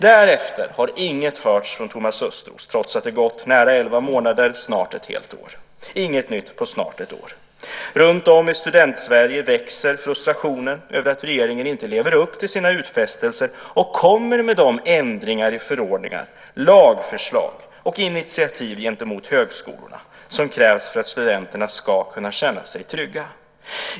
Därefter har inget hörts från Thomas Östros trots att det gått nära elva månader, snart ett helt år - inget nytt på snart ett år. Runtom i Student-Sverige växer frustrationen över att regeringen inte lever upp till sina utfästelser och kommer med de ändringar i förordningar, lagförslag och initiativ gentemot mot högskolorna som krävs för att studenterna ska kunna känna sig trygga.